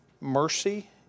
mercy